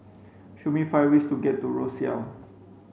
show me five ways to get to Roseau